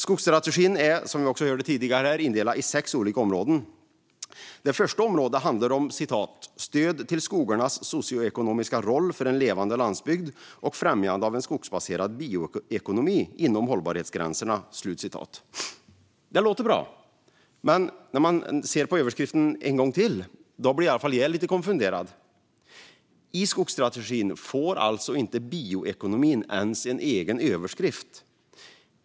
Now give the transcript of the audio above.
Skogsstrategin är, som vi hörde tidigare, indelad i sex olika områden. Det första området handlar om "Stöd till skogarnas socioekonomiska roll för en levande landsbygd och främjande av en skogsbaserad bioekonomi inom hållbarhetsgränserna". Det låter bra, men om man ser på överskriften en gång till blir i varje fall jag lite konfunderad. I skogsstrategin får inte bioekonomin ens egen överskrift.